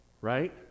Right